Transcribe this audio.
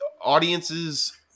Audiences